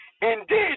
indeed